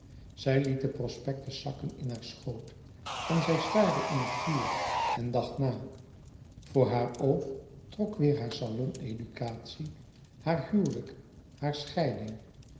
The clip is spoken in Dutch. liet den prospectus zakken in haar schoot en zij staarde in het vuur en dacht na voor haar oog trok weêr haar saloneducatie haar huwelijk hare scheiding